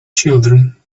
children